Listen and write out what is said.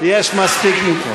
יש מספיק.